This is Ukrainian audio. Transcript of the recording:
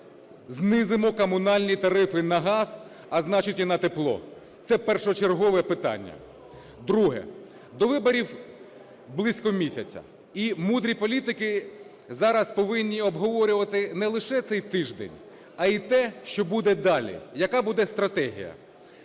знизимо комунальні тарифи на газ, а значить і на тепло. Це першочергове питання. Друге. До виборів близько місяця. І мудрі політики зараз повинні обговорювати не лише цей тиждень, а і те, що буде далі, яка буде стратегія.